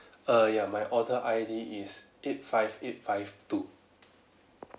err ya my order I_D is eight five eight five two